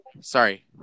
Sorry